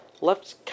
left